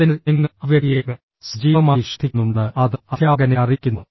അതിനാൽ നിങ്ങൾ ആ വ്യക്തിയെ സജീവമായി ശ്രദ്ധിക്കുന്നുണ്ടെന്ന് അത് അധ്യാപകനെ അറിയിക്കുന്നു